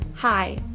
Hi